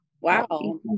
Wow